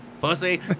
pussy